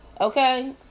Okay